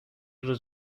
روز